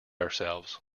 ourselves